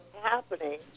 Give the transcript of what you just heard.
happening